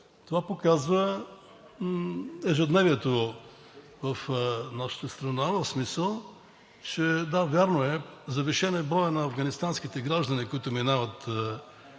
това показва ежедневието в нашата страна, в смисъл, че – да, вярно е, завишен е броят на афганистанските граждани, които минават